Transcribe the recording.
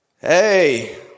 Hey